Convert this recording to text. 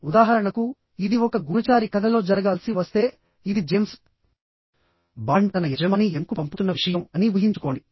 ఉదాహరణకుఇది ఒక గూఢచారి కథలో జరగాల్సి వస్తేఇది జేమ్స్ బాండ్ తన యజమాని ఎం కు పంపుతున్న విషయం అని ఊహించుకోండి